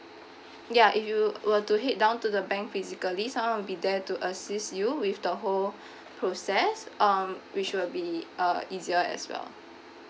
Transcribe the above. ya if you were to head down to the bank physically someone will be there to assist you with the whole process um which will be uh easier as well